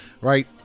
right